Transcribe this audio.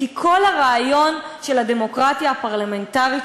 כי כל הרעיון של הדמוקרטיה הפרלמנטרית